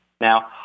Now